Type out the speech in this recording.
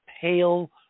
pale